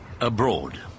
Abroad